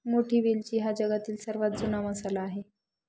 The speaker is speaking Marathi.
मोठी वेलची हा जगातील सर्वात जुना मसाला आहे